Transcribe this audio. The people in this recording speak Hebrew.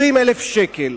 20,000 שקל.